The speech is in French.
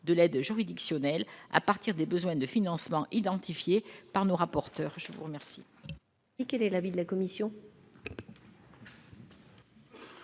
de l'aide juridictionnelle à partir des besoins de financement identifié par nos rapporteurs je vous remercie.